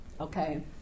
okay